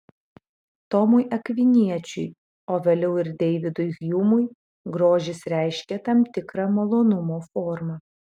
tomui akviniečiui o vėliau ir deividui hjumui grožis reiškė tam tikrą malonumo formą